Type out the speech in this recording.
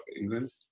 England